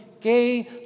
gay